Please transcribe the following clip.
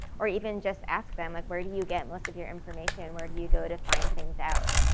or even just ask them like where do you get most of your information? where do you go to find things out?